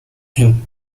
him